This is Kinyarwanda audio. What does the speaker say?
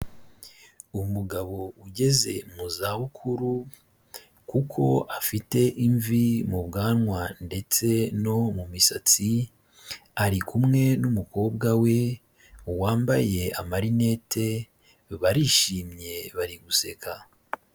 Umugabo ugeze mu zabukuru kuko afite imvi mu bwanwa ndetse no mu misatsi, ari kumwe n'umukobwa we wambaye amarinete, barishimye bari guseka.